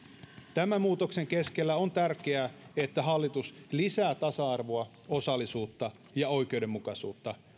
tämän muutoksen keskellä on tärkeää että hallitus lisää tasa arvoa osallisuutta ja oikeudenmukaisuutta